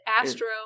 Astro